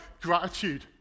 gratitude